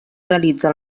realitza